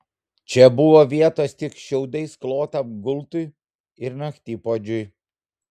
čia buvo vietos tik šiaudais klotam gultui ir naktipuodžiui